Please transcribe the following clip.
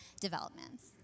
developments